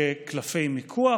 כקלפי מיקוח.